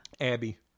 Abby